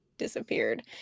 disappeared